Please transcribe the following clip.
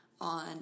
on